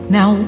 Now